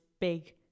big